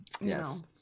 Yes